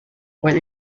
while